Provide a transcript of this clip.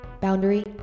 Boundary